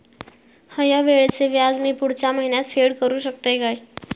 हया वेळीचे व्याज मी पुढच्या महिन्यात फेड करू शकतय काय?